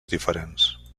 diferents